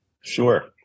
Sure